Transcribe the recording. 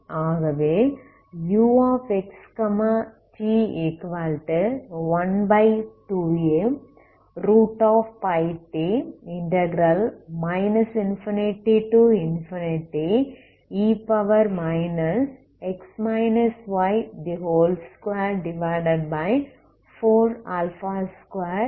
ஆகவே uxt12απt ∞e 242tfdy தான் solution